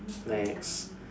next